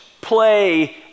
play